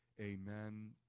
amen